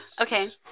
Okay